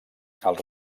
els